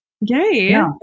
Yay